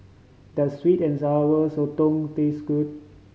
does sweet and Sour Sotong taste good